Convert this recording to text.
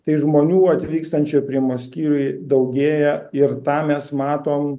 tai žmonių atvykstančių priėmimomo skyriuj daugėja ir tą mes matom